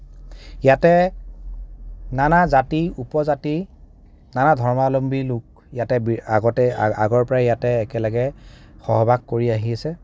ইয়াতে নানা জাতি উপজাতি নানা ধৰ্মাৱলম্বী লোক ইয়াতে আগৰপৰা ইয়াতে একেলগে সহবাস কৰি আহিছে